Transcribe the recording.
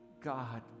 God